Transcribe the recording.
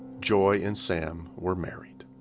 joy and sam were married.